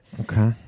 Okay